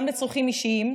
גם לצרכים אישיים,